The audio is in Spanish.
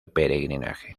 peregrinaje